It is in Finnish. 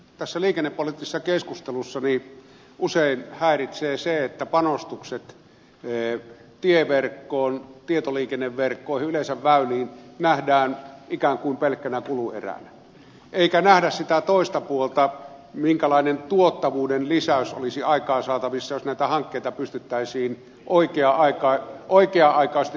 tässä liikennepoliittisessa keskustelussa usein häiritsee se että panostukset tieverkkoon tietoliikenneverkkoihin yleensä väyliin nähdään ikään kuin pelkkänä kulueränä eikä nähdä sitä toista puolta minkälainen tuottavuuden lisäys olisi aikaansaatavissa jos näitä hankkeita pystyttäisiin oikea aikaisesti toteuttamaan